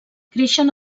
creixen